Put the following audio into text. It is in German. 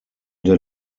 der